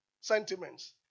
Sentiments